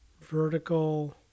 vertical